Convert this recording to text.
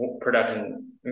production